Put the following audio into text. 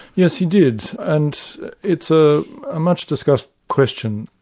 yes, he did, and it's a ah much-discussed question,